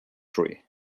tree